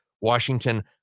Washington